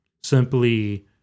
simply